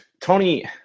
Tony